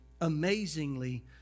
amazingly